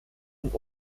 und